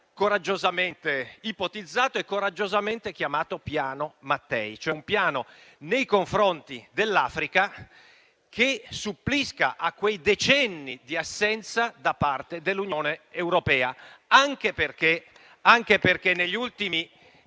coraggiosamente ipotizzato e chiamato "piano Mattei", cioè un piano nei confronti dell'Africa che supplisca a decenni di assenza da parte dell'Unione europea, anche perché negli ultimi